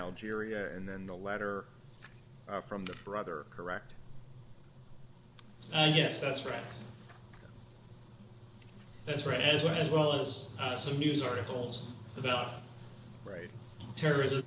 algeria and then the letter from the brother correct oh yes that's right that's right as well as some news articles about right terrorism